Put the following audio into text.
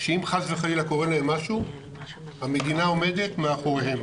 שאם חס וחלילה קורה להם משהו המדינה עומדת מאחוריהם